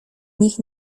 nich